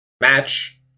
match